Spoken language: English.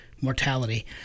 mortality